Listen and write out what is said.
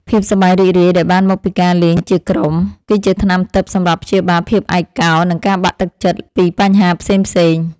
ភាពសប្បាយរីករាយដែលបានមកពីការលេងជាក្រុម គឺជាថ្នាំទិព្វសម្រាប់ព្យាបាលភាពឯកោ និងការបាក់ទឹកចិត្តពីបញ្ហាផ្សេងៗ។